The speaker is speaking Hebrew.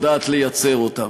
שיודעת לייצר אותם.